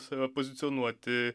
save pozicionuoti